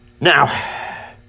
Now